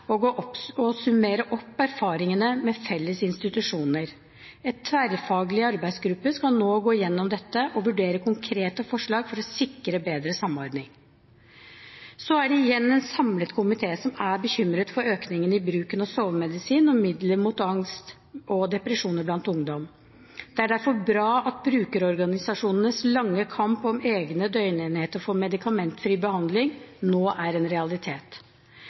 erfaringer med helsetjenesten og summere opp erfaringene med felles institusjoner. En tverrfaglig arbeidsgruppe skal nå gå gjennom dette og vurdere konkrete forslag for å sikre bedre samordning. Så er det igjen en samlet komité som er bekymret for økningen i bruken av sovemedisin og midler mot angst og depresjon blant ungdom. Det er derfor bra at brukerorganisasjonenes lange kamp for egne døgnenheter med medikamentfri behandling nå er en realitet.